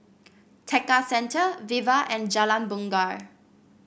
Tekka Centre Viva and Jalan Bungar